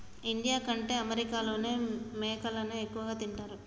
India కంటే అమెరికాలోనే మేకలని ఎక్కువ తింటారు